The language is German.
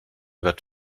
wird